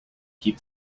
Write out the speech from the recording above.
keep